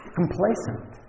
complacent